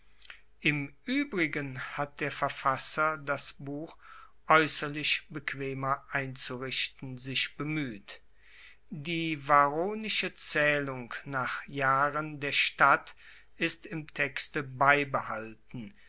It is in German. im uebrigen hat der verfasser das buch aeusserlich bequemer einzurichten sich bemueht die varronische zaehlung nach jahren der stadt ist im texte beibehalten